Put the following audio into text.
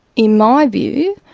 in my view,